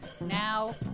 Now